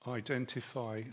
identify